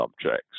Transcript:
subjects